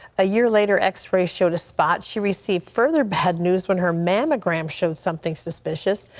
a year later, x-rays showed a spot. she received further bad news when her mammogram showed something suspicious.